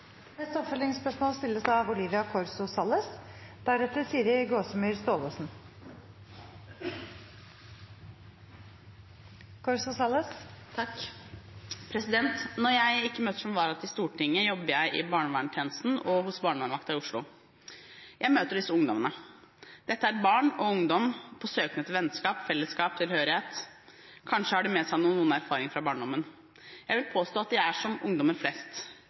Når jeg ikke møter som vara til Stortinget, jobber jeg i barneverntjenesten og hos Barnevernvakten i Oslo. Jeg møter disse ungdommene. Dette er barn og ungdom på søken etter vennskap, fellesskap, tilhørighet. Kanskje har de med seg noen erfaringer fra barndommen. Jeg vil påstå at de er som ungdommer flest.